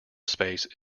space